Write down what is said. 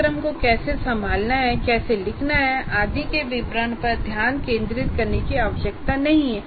कार्यक्रम को कैसे संभालना है और कैसे लिखना है आदि के विवरण पर ध्यान केंद्रित करने की आवश्यकता नहीं है